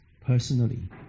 personally